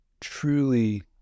truly